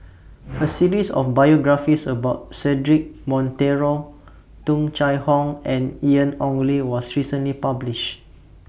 A series of biographies about Cedric Monteiro Tung Chye Hong and Ian Ong Li was recently published